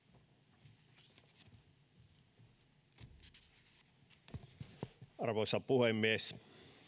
arvoisa puhemies